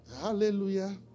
Hallelujah